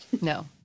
No